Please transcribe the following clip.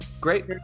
great